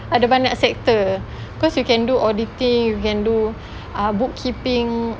ada banyak sector cause you can do auditing you can do ah bookkeeping